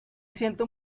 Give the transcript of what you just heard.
siento